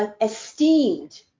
esteemed